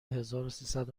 هزاروسیصد